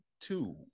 two